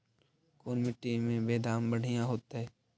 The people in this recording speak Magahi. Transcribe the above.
कोन मट्टी में बेदाम बढ़िया होतै?